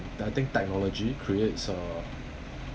I think technology creates uh